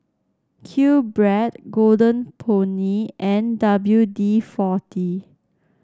QBread Golden Peony and W D forty